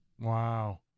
Wow